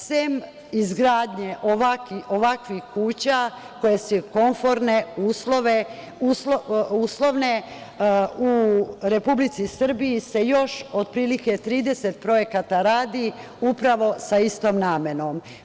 Sem izgradnje ovakvih kuća, koje su komforne, uslovne, u Republici Srbiji se još otprilike 30 projekata radi upravo sa istom namenom.